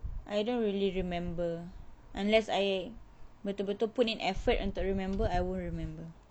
I don't really remember unless I betul betul put in effort untuk remember I won't remember